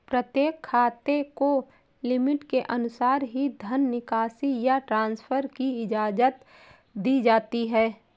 प्रत्येक खाते को लिमिट के अनुसार ही धन निकासी या ट्रांसफर की इजाजत दी जाती है